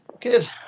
good